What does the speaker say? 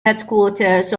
headquarters